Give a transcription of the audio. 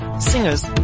singers